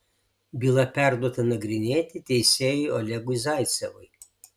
byla perduota nagrinėti teisėjui olegui zaicevui